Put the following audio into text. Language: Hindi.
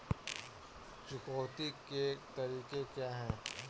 चुकौती के तरीके क्या हैं?